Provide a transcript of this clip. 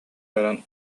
баран